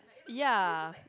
ya